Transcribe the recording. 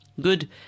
Good